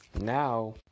now